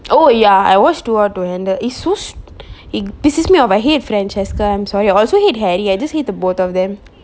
oh ya I watched too hot to handle it's so it pisses me off I hate francesca I'm sorry I also hate harry I just hate the both of them